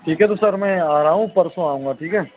ठीक है तो सर में आ रहा हूँ परसों आऊँगा ठीक है